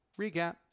recap